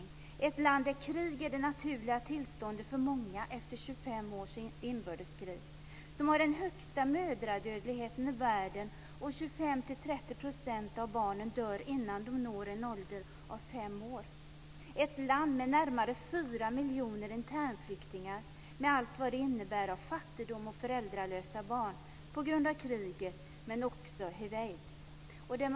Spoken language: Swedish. Det handlar om ett land där krig för många är det naturliga tillståndet efter 25 års inbördeskrig - ett land som har den högsta mödradödligheten i världen och där 25-30 % av barnen dör innan de når en ålder av fem år, ett land med närmare 4 miljoner internflyktingar med allt vad det innebär av fattigdom och föräldralösa barn på grund av kriget men också på grund av hiv/aids.